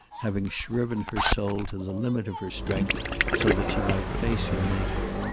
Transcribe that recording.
having shriven her soul to the limit of her strength so that she might face her maker.